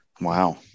wow